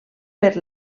per